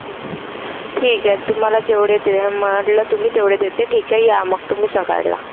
ठीक ठीक आहे तुम्हाला जेवढे ते मला तुम्ही तेवढे देते ठीक आहे या मग तुम्ही सकाळला